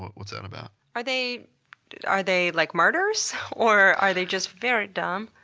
what's that about? are they are they like martyrs or are they just very dumb?